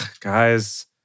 guys